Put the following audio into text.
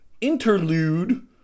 interlude